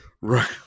Right